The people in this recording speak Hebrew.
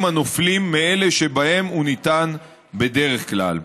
הנופלים מאלה שבהם הוא ניתן בדרך כלל.